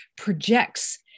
projects